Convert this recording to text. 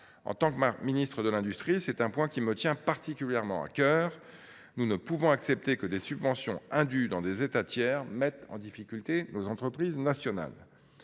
En tant que ministre chargé de l’industrie, c’est un point qui me tient particulièrement à cœur : nous ne pouvons pas accepter que des subventions indûment versées dans des États tiers mettent en difficulté nos entreprises nationales.